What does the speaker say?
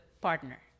partner